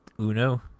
Uno